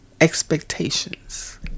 expectations